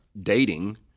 dating